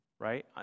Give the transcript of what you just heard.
right